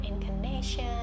incarnation